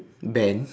band